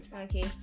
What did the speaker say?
okay